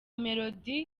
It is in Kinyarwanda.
melody